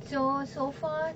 so so far